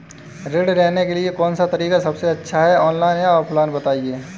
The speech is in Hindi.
ऋण लेने के लिए कौन सा तरीका सबसे अच्छा है ऑनलाइन या ऑफलाइन बताएँ?